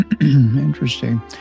Interesting